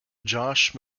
josh